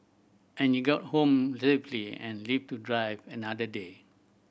and you get home safely and live to drive another day